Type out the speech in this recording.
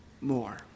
more